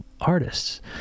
artists